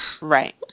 Right